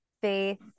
faith